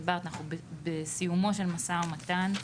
אנחנו בסיומו של משא ומתן,